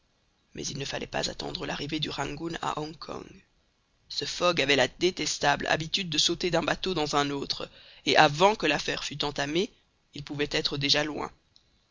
mais il ne fallait pas attendre l'arrivée du rangoon à hong kong ce fogg avait la détestable habitude de sauter d'un bateau dans un autre et avant que l'affaire fût entamée il pouvait être déjà loin